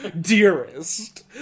Dearest